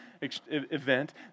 event